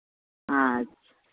अच्छा